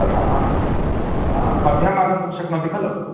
तथा वा हा पद्भ्याम् आगन्तुं शक्नोति खलु